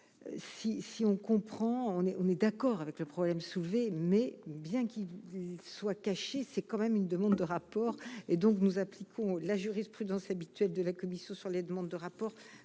si, on comprend, on est, on est d'accord avec le problème soulevé, mais bien qu'il soit caché, c'est quand même une demande de rapport et donc, nous appliquons la jurisprudence habituelle de la commission sur les demandes de rapport,